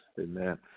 Amen